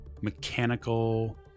mechanical